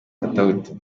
katauti